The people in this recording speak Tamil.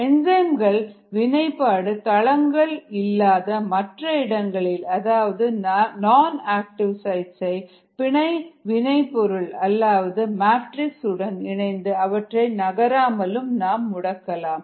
என்சைம்களின் வினை பாடு தளங்கள் இல்லாத மற்ற இடங்களை அதாவது நான் ஆக்டிவ் சைட்ஸ் ஐ பிணைவினைபொருள் அதாவது மேட்ரிக்ஸ் உடன் இணைத்து அவற்றை நகராமல் முடக்கலாம்